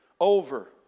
over